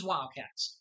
Wildcats